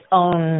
own